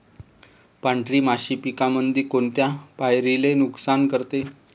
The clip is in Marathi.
पांढरी माशी पिकामंदी कोनत्या पायरीले नुकसान करते?